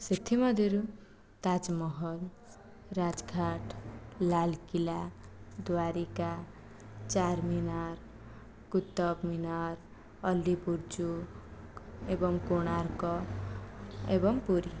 ସେଥିମଧ୍ୟରୁ ତାଜମହଲ ରାଜଘାଟ ଲାଲକିଲ୍ଲା ଦ୍ଵାରିକା ଚାରମୀନାର କୁତୁବମୀନାର ଅଲିପୁର ଜୁ ଏବଂ କୋଣାର୍କ ଏବଂ ପୁରୀ